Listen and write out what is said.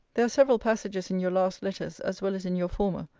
there are several passages in your last letters, as well as in your former,